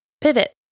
pivot